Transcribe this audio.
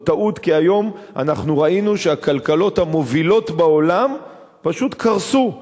כי היום אנחנו ראינו שהכלכלות המובילות בעולם פשוט קרסו.